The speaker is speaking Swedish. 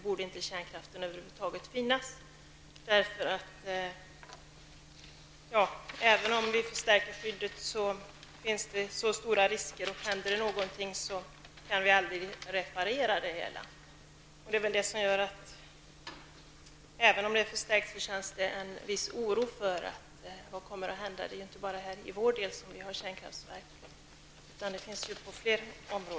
Kärnkraften borde över huvud taget inte finnas i denna oroliga värld. Även om vi förstärker skyddet finns det stora risker, och om det händer något kan vi aldrig reparera skadorna. Även om säkerheten förstärks känner jag en viss oro för vad som kan hända. Det är ju inte bara i vår del av världen som det finns kärnkraftverk.